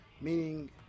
Meaning